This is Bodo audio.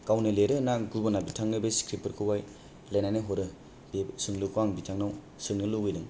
गावनो लिरो ना गुबुना बिथांनो बे सिक्रिफफोरखौहाय लिरनानै हरो बेफोर सोंलुखौ आं बिथांनाव सोंनो लुगैदों